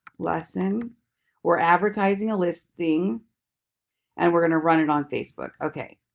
lesson we're advertising a listing and we're gonna run it on facebook okay